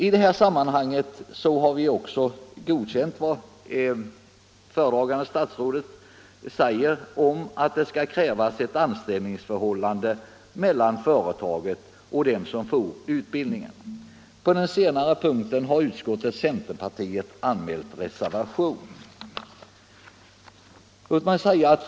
I detta sammanhang har vi också godkänt föredragande statsrådets förslag att det skall krävas ett anställningsförhållande mellan företaget och den som får utbildningen. På denna punkt har utskottets centerpartister anmält reservation.